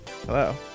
Hello